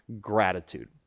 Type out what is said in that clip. gratitude